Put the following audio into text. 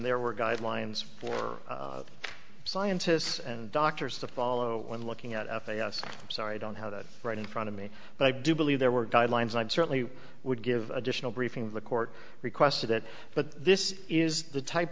there were guidelines for scientists and doctors to follow when looking at f a s i'm sorry i don't have it right in front of me but i do believe there were guidelines i'd certainly would give additional briefing the court requested it but this is the type